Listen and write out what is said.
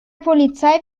polizei